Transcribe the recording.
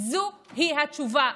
זוהי התשובה,